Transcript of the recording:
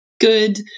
good